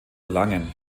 erlangen